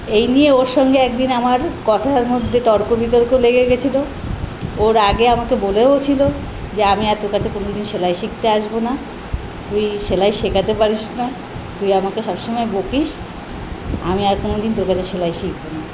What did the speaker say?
এই নিয়ে ওর সঙ্গে একদিন আমার কথার মধ্যে তর্ক বিতর্ক লেগে গিয়েছিল ও রাগে আমাকে বলেছিল যে আমি আর তোর কাছে কোনোদিন সেলাই শিখতে আসব না তুই সেলাই শেখাতে পারিস না তুই আমাকে সব সময় বকিস আমি আর কোনো দিন তোর কাছে সেলাই শিখব না